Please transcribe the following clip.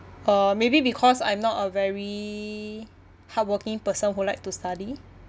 uh maybe because I'm not a very hardworking person who liked to study